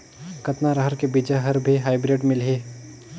कतना रहर के बीजा हर भी हाईब्रिड मिलही?